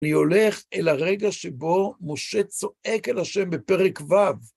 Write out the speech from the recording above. אני הולך אל הרגע שבו משה צועק אל השם בפרק ו'